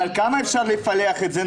איתמר, אבל כמה אפשר לפלח את זה?